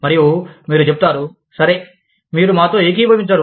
మరియు మీరు చెబుతారు సరే మీరు మాతో ఏకీభవించరు